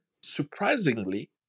surprisingly